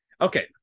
Okay